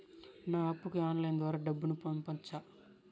నా అప్పుకి ఆన్లైన్ ద్వారా డబ్బును పంపొచ్చా